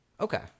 okay